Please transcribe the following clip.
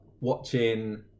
watching